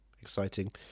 Exciting